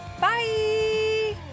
bye